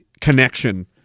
connection